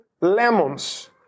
lemons